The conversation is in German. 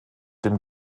dem